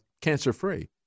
cancer-free